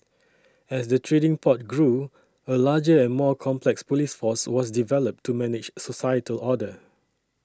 as the trading port grew a larger and more complex police force was developed to manage societal order